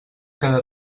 cada